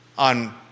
On